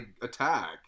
attack